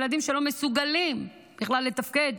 ילדים שלא מסוגלים בכלל לתפקד.